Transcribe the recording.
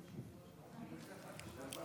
שלוש